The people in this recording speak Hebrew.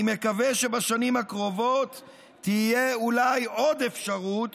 אני מקווה שבשנים הקרובות תהיה אולי עוד אפשרות